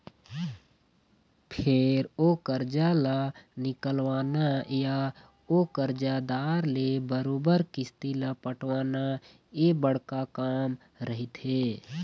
फेर ओ करजा ल निकलवाना या ओ करजादार ले बरोबर किस्ती ल पटवाना ये बड़का काम रहिथे